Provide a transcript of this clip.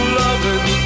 loving